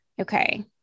okay